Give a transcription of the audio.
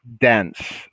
dense